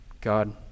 God